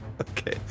Okay